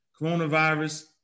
coronavirus